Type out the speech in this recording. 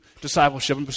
discipleship